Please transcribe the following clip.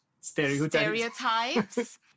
stereotypes